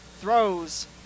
throws